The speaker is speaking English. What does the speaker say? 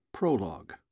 Prologue